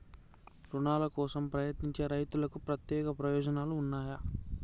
రుణాల కోసం ప్రయత్నించే రైతులకు ప్రత్యేక ప్రయోజనాలు ఉన్నయా?